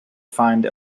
find